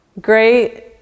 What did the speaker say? great